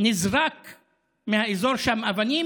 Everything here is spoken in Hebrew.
כשנזרקו מהאזור שם אבנים.